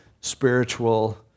spiritual